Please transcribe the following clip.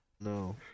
No